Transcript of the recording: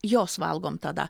juos valgom tada